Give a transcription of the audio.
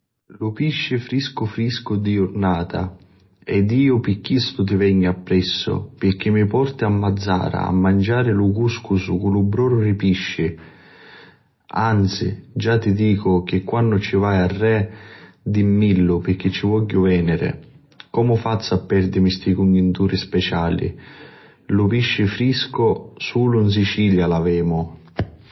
...lu pisci friscu friscu di jurnata ed iu pi chistu ti vegnu appressu pirchì mi porti a Mazzara a manciari lu cuscusu cu lu broru di pisci. Anzi già ti dicu chi quannu ci vai arrè dimmillu pirchì iu ci vogghiu veniri, comu fazzu a perdimi sti cugninturi speciali. Lu pisci friscu sulu 'n Sicilia l'avemu.